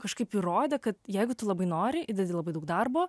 kažkaip įrodė kad jeigu tu labai nori įdedi labai daug darbo